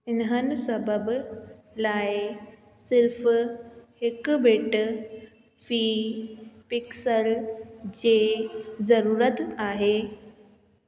इन्हनि सबबि लाइ सिर्फ़ु हिकु बिट फी पिक्सल जे ज़रूरत आहे